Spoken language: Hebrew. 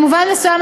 במובן מסוים,